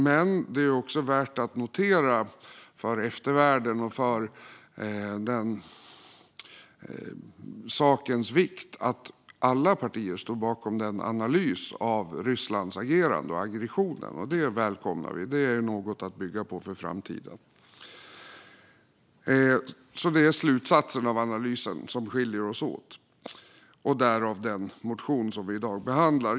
Men det är värt att notera för eftervärlden och sakens vikt att alla partier står bakom den analys som har gjorts av Rysslands agerande och aggressioner. Det välkomnar vi. Det är något att bygga på för framtiden. Det är alltså slutsatsen av analysen som skiljer oss åt, och därav finns den motion som vi i dag behandlar.